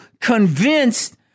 convinced